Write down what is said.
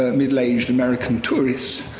ah middle-aged american tourists,